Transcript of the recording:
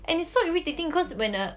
and it's so irritating cause when a